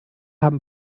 haben